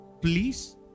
please